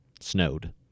Snowed